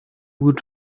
would